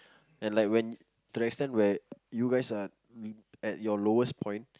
and like when to the extend where you guys are at your lowest point